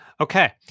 Okay